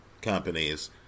companies